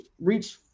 reach